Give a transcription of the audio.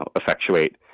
effectuate